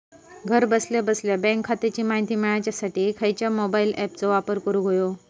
घरा बसल्या बसल्या बँक खात्याची माहिती मिळाच्यासाठी खायच्या मोबाईल ॲपाचो वापर करूक होयो?